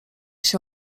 się